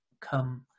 come